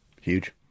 Huge